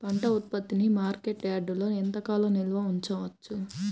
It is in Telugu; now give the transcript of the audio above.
పంట ఉత్పత్తిని మార్కెట్ యార్డ్లలో ఎంతకాలం నిల్వ ఉంచవచ్చు?